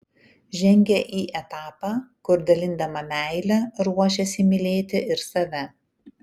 žengia į etapą kur dalindama meilę ruošiasi mylėti ir save